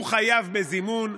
הוא חייב בזימון.